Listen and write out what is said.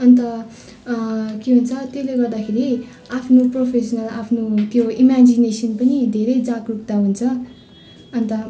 अन्त के भन्छ त्यसले गर्दाखेरि आफ्नो प्रोफेसनल आफ्नो इमेजिनेसन पनि धेरै जागरूकता हुन्छ अन्त